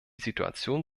situation